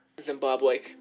zimbabwe